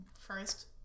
first